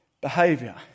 Behavior